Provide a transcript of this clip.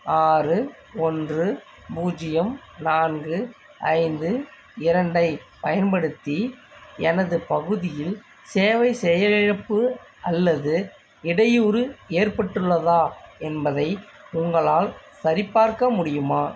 ஆறு ஒன்று பூஜ்ஜியம் நான்கு ஐந்து இரண்டை பயன்படுத்தி எனது பகுதியில் சேவை செயலிழப்பு அல்லது இடையூறு ஏற்பட்டுள்ளதா என்பதை உங்களால் சரிபார்க்க முடியுமா